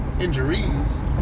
injuries